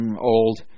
old